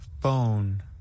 Phone